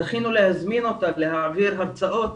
זכינו להזמין אותה להעביר הרצאות